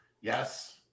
Yes